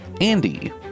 Andy